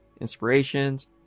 inspirations